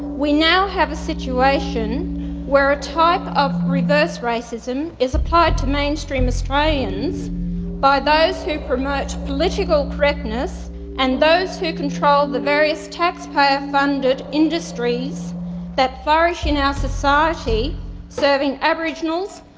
we now have a situation where a type of reverse racism is applied to mainstream australians by those who promote political correctness and those who control the various taxpayer funded industries that flourish in our ah society serving aboriginals,